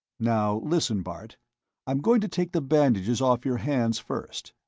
now, listen, bart i'm going to take the bandages off your hands first.